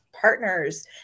partners